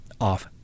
off